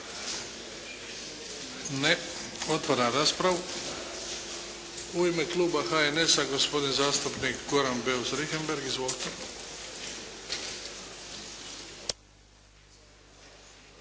Ne. Otvaram raspravu. U ime kluba HNS-a gospodin zastupnik Goran Beus Richembergh.